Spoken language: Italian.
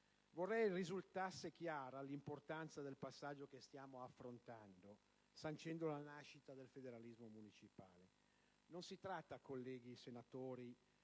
Vorrei che risultasse chiara l'importanza del passaggio che stiamo affrontando, sancendo la nascita del federalismo municipale. Non si tratta, colleghi senatori,